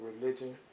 religion